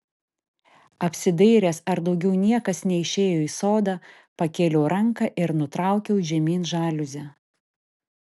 apsidairęs ar daugiau niekas neišėjo į sodą pakėliau ranką ir nutraukiau žemyn žaliuzę